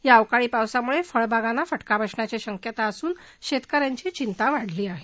या अवकाळी पावसामुळे फळबागांना फटका बसण्याची शक्यता असून शेतकऱ्यांची चिंता वाढली आहे